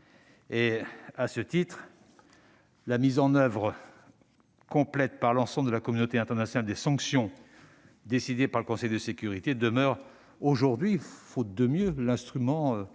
! À ce titre, la mise en oeuvre par l'ensemble de la communauté internationale de l'ensemble des sanctions décidées par le Conseil de sécurité demeure aujourd'hui, faute de mieux, l'instrument